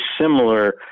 similar